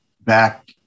back